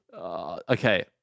okay